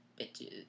bitches